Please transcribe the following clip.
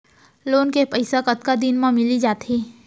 Loan के पइसा कतका दिन मा मिलिस जाथे?